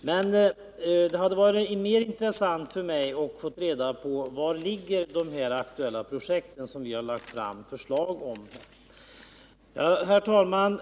Det hade emellertid varit mer intressant för mig att få veta var de aktuella projekt ligger som vi har lagt fram förslag om. Herr talman!